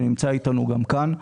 שנמצא איתנו גם כאן.